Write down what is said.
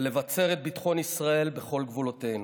ולבצר את ביטחון ישראל בכל גבולותינו.